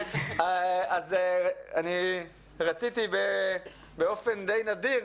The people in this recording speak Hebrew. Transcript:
אז אני רציתי באופן נדיר,